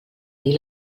dir